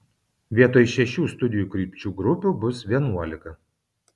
vietoj šešių studijų krypčių grupių bus vienuolika